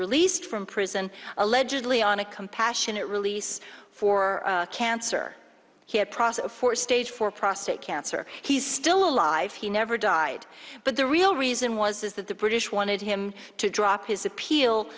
released from prison allegedly on a compassionate release for cancer he had process for stage for prostate cancer he's still alive he never died but the real reason was that the british wanted him to drop his appeal